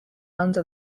under